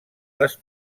les